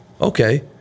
okay